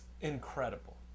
incredible